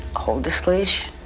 hold this leash,